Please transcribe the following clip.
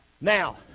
Now